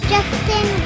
Justin